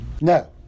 No